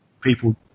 people